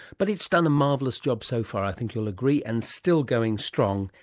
but it's done a marvellous job so far, i think you'll agree, and still going strong,